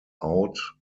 out